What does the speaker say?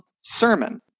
sermon